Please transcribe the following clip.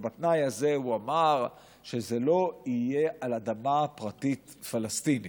ובתנאי הזה הוא אמר שזה לא יהיה על אדמה פרטית פלסטינית.